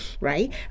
right